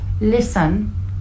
listen